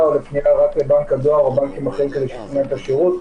או לפנייה רק לבנק הדואר או בנק אחר שייתן להם את השירות.